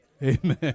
Amen